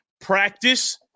practice